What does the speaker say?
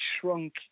shrunk